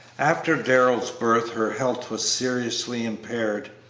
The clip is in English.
after darrell's birth her health was seriously impaired.